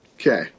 Okay